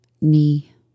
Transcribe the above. knee